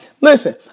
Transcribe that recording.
Listen